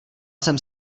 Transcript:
jsem